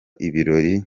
ibirori